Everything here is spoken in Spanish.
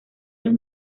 los